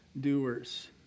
doers